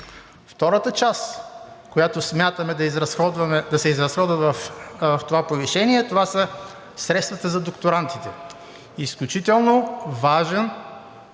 Втората част, която смятаме да се изразходва в това повишение, това са средствата за докторантите. Изключително важен,